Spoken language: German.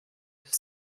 ist